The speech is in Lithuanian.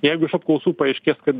jeigu iš apklausų paaiškės kad